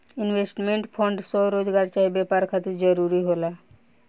investment fund स्वरोजगार चाहे व्यापार खातिर जरूरी होला